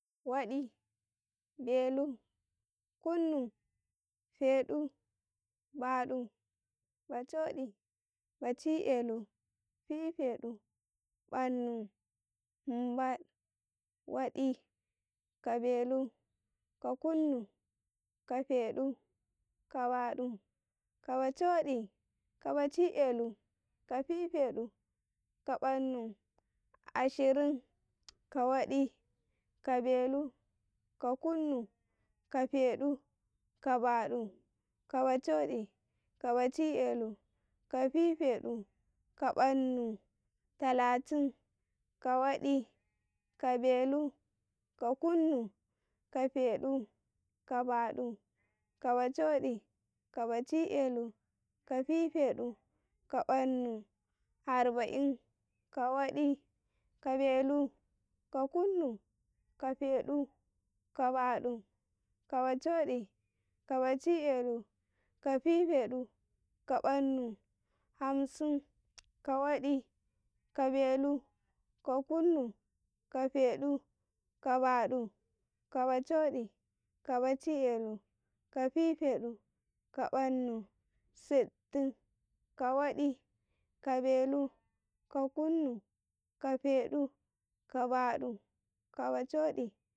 ﻿Waɗi, belu, kunu, feɗu, badu, bacho'i, baci be'u, be'u, fifeɗu, bannu, humbaɗ, wadi, ka belu, ka kunu, ka fedu, ka baɗu, ka bacho'i, ka bachi be'u, ka fifeɗu, ka bannu Ashirin, ka wadi, ka belu, ka kunnu, ka feɗu ka baɗu, ka bachoɗi, ka baci belu, ka fifeɗu, ka bannu talatin, ka waɗi ka belu, ka kunnu ka fe du, ka baɗu, ka bachodi, ka baci belu, ka fifeɗu, ka bannu, harba'in, ka waɗi, ka belu, ka kunnu, ka feɗu, ka baɗu, ka bacho'i, ka baci belu, ka fifedu ka bannu, Hamsin, ka waɗi, ka belu, ka kunnu, ka feɗu, ka baɗu ka bachodi, ka bachi belu, kafifedu, ka bannu, sittin, ka wadi ka belu ka kunnu, ka fiɗu, ka badu, ka bacodi.